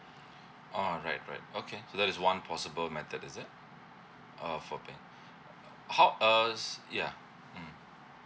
oh right right okay that is one possible method is it oh for pay how err s~ yeah mm